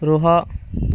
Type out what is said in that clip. ରୁହ